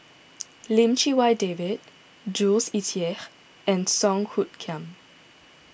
Lim Chee Wai David Jules Itier and Song Hoot Kiam